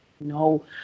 no